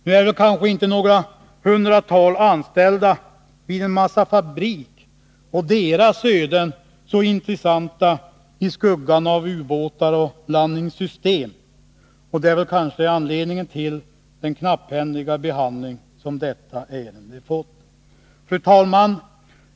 Nu är väl kanske inte några hundratal anställda vid en massafabrik och deras öden så intressanta, i skuggan av ubåtar och landningssystem, och det är kanske anledningen till den knapphändiga behandling som detta ärende fått. Fru talman!